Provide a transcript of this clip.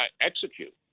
execute